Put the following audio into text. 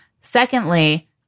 Secondly